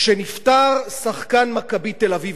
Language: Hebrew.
כשנפטר שחקן "מכבי תל-אביב",